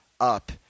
up